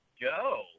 go